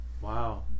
Wow